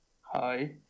Hi